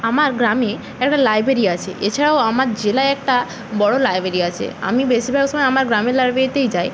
আমার গ্রামে একটা লাইব্রেরি আছে এছাড়াও আমার জেলায় একটা বড় লাইব্রেরি আছে আমি বেশিরভাগ সময় আমার গ্রামের লাইব্রেরিতেই যাই